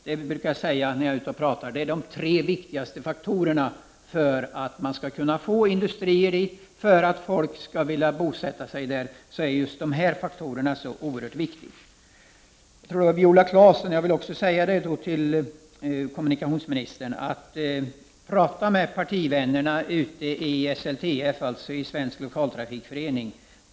Jag brukar säga att dessa är de tre viktigaste faktorerna. För att man skall kunna få industrier till länet, för att folk skall vilja bosätta sig där är just dessa faktorer oerhört viktiga. Jag uppmanar kommunikationsministern att tala med partivännerna i SLTF, Svenska lokaltrafikföreningen.